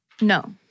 No